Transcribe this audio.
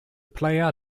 player